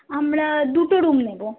আমরা দুটো রুম নেবো